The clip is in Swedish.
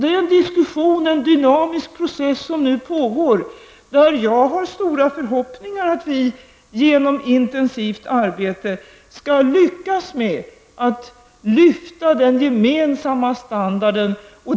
Det är diskussion och en dynamisk process som nu pågår. Jag har stora förhoppningar att vi genom intensivt arbete skall lyckas med att lyfta den gemensamma standarden.